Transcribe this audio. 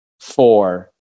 Four